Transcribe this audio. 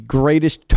greatest